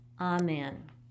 amen